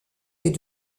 est